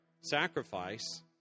sacrifice